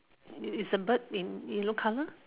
is the bird in in yellow colour